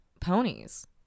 ponies